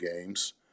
games